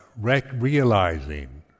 realizing